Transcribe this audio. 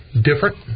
different